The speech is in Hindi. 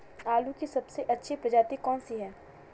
आलू की सबसे अच्छी प्रजाति कौन सी है?